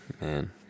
Man